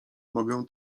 mogę